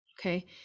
okay